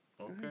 Okay